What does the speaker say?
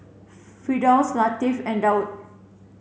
Firdaus Latif and Daud